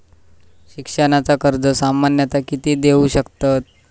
शिक्षणाचा कर्ज सामन्यता किती देऊ शकतत?